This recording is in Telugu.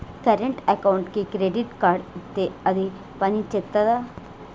కరెంట్ అకౌంట్కి క్రెడిట్ కార్డ్ ఇత్తే అది పని చేత్తదా?